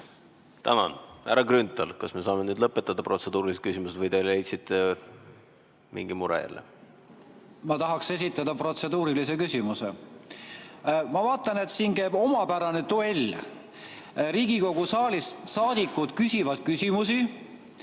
Tänan! Härra Grünthal, kas me saame nüüd lõpetada protseduurilised küsimused või te leidsite mingi mure jälle? Ma tahaks esitada protseduurilise küsimuse. Ma vaatan, et siin käib omapärane duell. Riigikogu saalist saadikud küsivad küsimusi